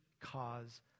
cause